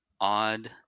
odd